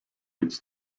its